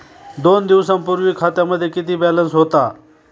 दोन दिवसांपूर्वी खात्यामध्ये किती बॅलन्स होता?